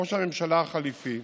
על ראש הממשלה החליפי,